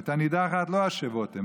ואת הנִדחת לא הֲשֵׁבֹתֶם,